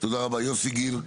תודה רבה, יוסי גיל.